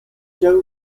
joe